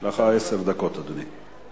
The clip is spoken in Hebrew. יש לך עשר דקות, אדוני.